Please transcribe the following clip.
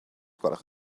gwelwch